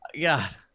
God